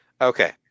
Okay